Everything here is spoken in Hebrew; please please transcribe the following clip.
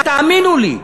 תאמינו לי,